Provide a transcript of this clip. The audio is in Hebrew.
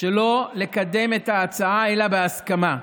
שלא לקדם את ההצעה אלא בהסכמה,